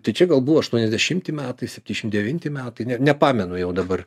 tai čia gal buvo aštuoniasdešimti metai septyniasdešim devinti metai nepamenu jau dabar